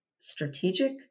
strategic